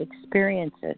experiences